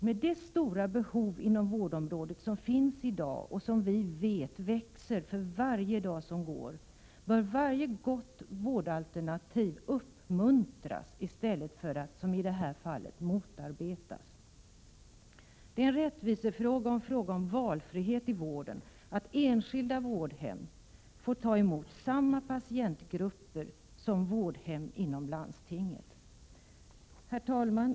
Med det stora behov inom vårdområdet som finns i dag och som vi vet växer för varje dag som går bör varje gott vårdalternativ uppmuntras i stället för att. som i det här fallet motarbetas. Det är en rättvisefråga och en fråga om valfrihet i vården att enskilda vårdhem får ta emot samma patientgrupper som landstingets egna vårdhem. Herr talman!